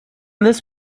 this